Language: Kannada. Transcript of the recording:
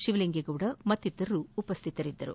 ಶಿವಲಿಂಗೇ ಗೌಡ ಮತ್ತಿತರರು ಉಪಸ್ಥಿತರಿದ್ದರು